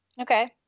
Okay